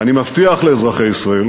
ואני מבטיח לאזרחי ישראל,